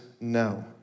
no